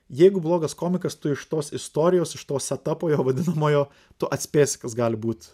jeigu blogas komikas tu iš tos istorijos iš to setapo jo vadinamojo tu atspėsi kas gali būt